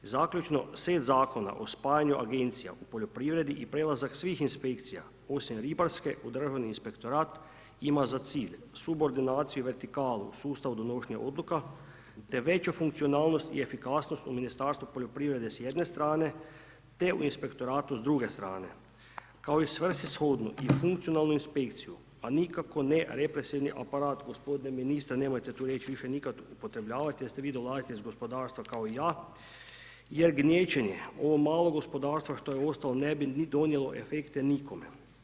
Zaključno, set zakona o spajanju agencija u poljoprivredi i prelazak svih inspekcija osim ribarske u državni inspektorat ima za cilj subordinaciju, vertikalu, sustav u donošenju odluka, te veću funkcionalnosti i efikasnosti u Ministarstvu poljoprivrede s jedne strane, te u inspektoratu s druge strane, kao i svrsishodnu i funkcionalnu inspekciju, a nikako ne represivni aparat g. ministre, nemojte tu riječ više nikada upotrebljavati, jer vi dolazite iz gospodarstva kao i ja, jer gnječenje, ovo malo gospodarstva što je ostalo ne bi ni donijelo efekte nikome.